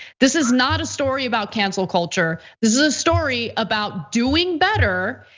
this is not a story about cancel culture, this is a story about doing better.